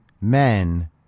men